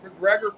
McGregor